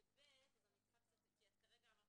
ב-(ב) כי אמרת